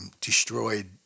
Destroyed